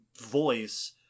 voice